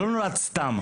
זה לא נולד סתם.